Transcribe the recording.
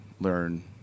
learn